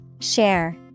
Share